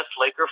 Laker